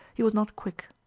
he was not quick.